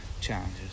challenges